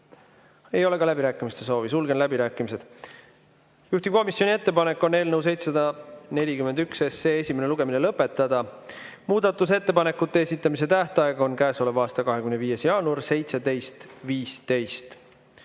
Ei ole ka läbirääkimiste soovi. Sulgen läbirääkimised. Juhtivkomisjoni ettepanek on eelnõu 741 esimene lugemine lõpetada. Muudatusettepanekute esitamise tähtaeg on käesoleva aasta 25. jaanuar kell 17.15.